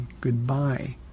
goodbye